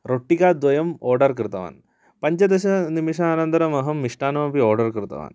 रोट्टिका द्वयम् ओर्डर् कृतवान् पञ्चदशनिमेषानन्तरम् अहं मिष्टान्नमपि ओर्डर् कृतवान्